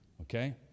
okay